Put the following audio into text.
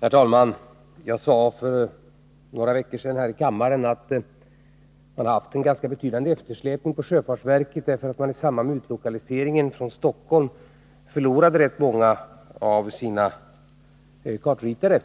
Herr talman! Jag sade för några veckor sedan här i kammaren att man hade haft en ganska betydande eftersläpning på sjöfartsverket därför att man i samband med utlokaliseringen från Stockholm förlorade rätt många av sina kartritare.